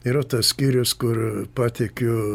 yra tas skyrius kur patiekiu